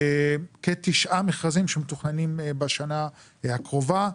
כתשעה מכרזים שמתוכננים בשנה הקרובה.